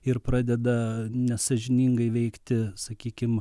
ir pradeda nesąžiningai veikti sakykim